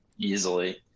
Easily